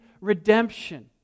redemption